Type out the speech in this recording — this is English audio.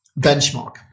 benchmark